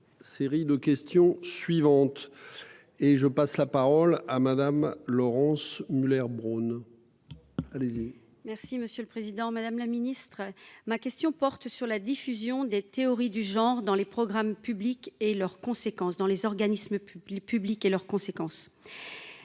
série de questions suivantes. Et je passe la parole à Madame, Laurence Muller-Bronn. Merci monsieur le président, madame la ministre ma question porte sur la diffusion des théories du genre dans les programmes publics et leurs conséquences dans les organismes publics public et leurs conséquences.